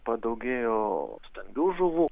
padaugėjo stambių žuvų